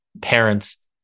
parents